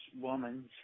woman